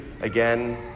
again